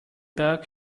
berg